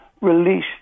release